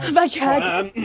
rudyard